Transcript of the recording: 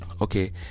Okay